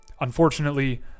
unfortunately